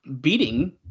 beating